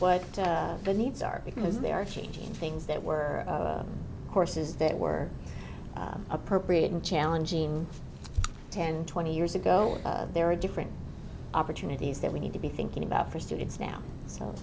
the needs are because they are changing things that were horses that were appropriate and challenging ten twenty years ago there are different opportunities that we need to be thinking about for students now